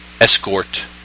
escort